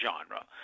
genre